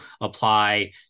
apply